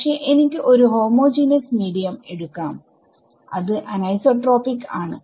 പക്ഷെ എനിക്ക് ഒരു ഹോമോജീനസ് മീഡിയം എടുക്കാം അത് അനൈസോട്രോപിക് ആണ്